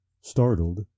Startled